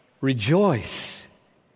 rejoice